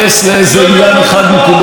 אחרי שלושה חודשים הוא אמר: